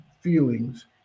feelings